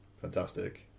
fantastic